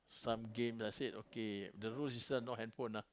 some game I said okay the rule system no handphone ah